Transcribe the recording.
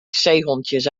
zeehondjes